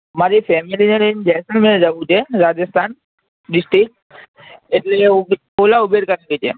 મારી ફૅમિલીને લઇને જેસલમેર જવું છે રાજસ્થાન ડિસ્ટ્રિક્ટ એટલે ઓલા ઉબેર કરવી છે